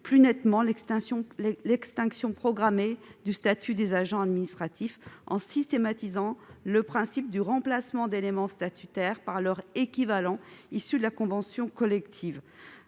loi organise l'extinction programmée du statut des agents publics en systématisant le principe du remplacement d'éléments statutaires par leur équivalent issu de la convention collective.